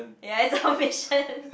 yeah it's our mission